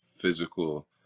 physical